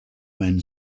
men